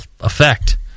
effect